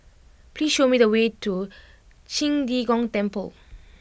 please show me the way to Qing De Gong Temple